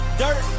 dirt